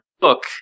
book